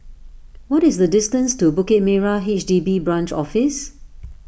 what is the distance to Bukit Merah H D B Branch Office